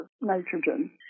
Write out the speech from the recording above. nitrogen